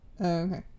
Okay